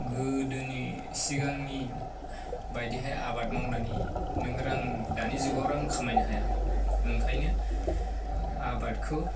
गोदोनि सिगांनि बायदिहाय आबाद मावनानै नों रां दानि जुगाव रां खामायनो हाया ओंखायनो आबादखौ